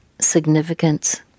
significance